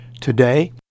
Today